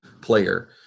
player